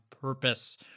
purpose